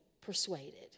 persuaded